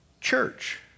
church